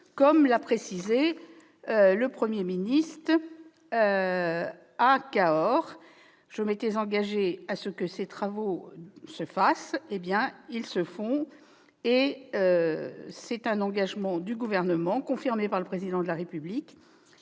comme l'a indiqué le Premier ministre à Cahors. Je m'étais engagée à ce que ces travaux se fassent. Ils se font ! C'était un engagement du Gouvernement, confirmé par le Président de la République